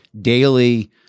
daily